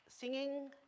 Singing